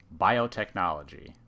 Biotechnology